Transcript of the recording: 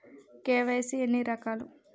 KYC ఎన్ని రకాలు?